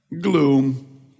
gloom